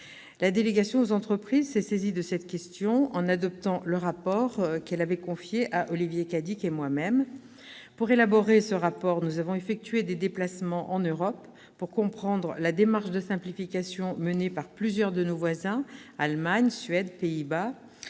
La délégation aux entreprises s'est saisie de cette question en adoptant le rapport, qu'elle avait confié à Olivier Cadic et à moi-même. Pour élaborer ce rapport, nous avons effectué des déplacements en Europe afin de comprendre la démarche de simplification menée par plusieurs de nos voisins : l'Allemagne, la Suède et les Pays-Bas.